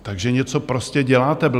Takže něco prostě děláte blbě.